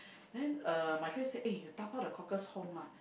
then uh my friend say eh you dabao the cockles home lah